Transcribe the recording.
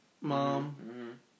mom